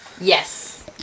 yes